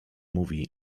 mówi